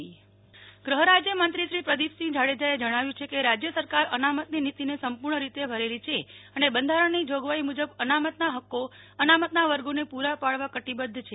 નેહ્લ ઠક્કર ગુહ્ રાજ્યમંત્રી ગૃહ રાજ્યમંત્રી શ્રી પ્રદિપસિંહ જાડેજાએ જણાવ્યું છે કે રાજય સરકાર અનામતની નીતિને સંપૂર્ણ રીતે વરેલી છે અને બંધારણની જોગવાઈ મૂજબ અનામતના હક્કો અનામતના વર્ગોને પૂરા પાડવા કટિબધ્ધ છે